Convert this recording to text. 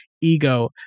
Ego